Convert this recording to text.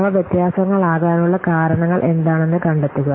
അവ വ്യത്യാസങ്ങളാകാനുള്ള കാരണങ്ങൾ എന്താണെന്ന് കണ്ടെത്തുക